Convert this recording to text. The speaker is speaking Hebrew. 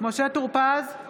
משה טור פז,